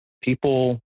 people